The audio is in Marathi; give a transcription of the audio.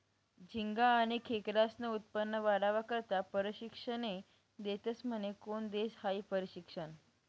झिंगा आनी खेकडास्नं उत्पन्न वाढावा करता परशिक्षने देतस म्हने? कोन देस हायी परशिक्षन?